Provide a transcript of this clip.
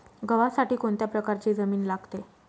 गव्हासाठी कोणत्या प्रकारची जमीन लागते?